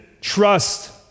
trust